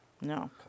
No